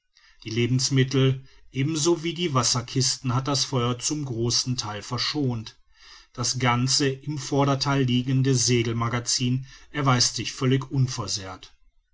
die lebensmittel ebenso wie die wasserkisten hat das feuer zum großen theil verschont das ganz im vordertheil liegende segelmagazin erweist sich völlig unversehrt